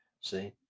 See